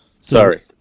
sorry